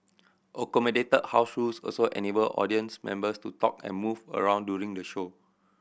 accommodated house rules also enabled audience members to talk and move around during the show